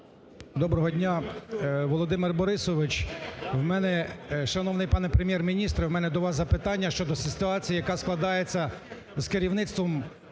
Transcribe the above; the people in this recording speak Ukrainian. Доброго дня, Володимир Борисович! Шановний пане Прем'єр-міністр, у мене до вас запитання щодо ситуації, яка складається з керівництвом